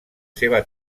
seva